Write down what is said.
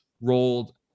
rolled